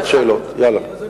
זו לא שעת שאלות עכשיו.